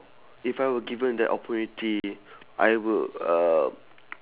if I were given the opportunity I would uh